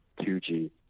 2G